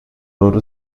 louro